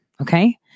okay